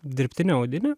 dirbtinę audinę